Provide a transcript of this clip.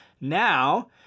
Now